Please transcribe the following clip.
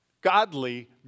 Godly